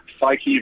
Psyche